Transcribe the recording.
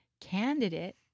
candidate